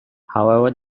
however